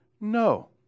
No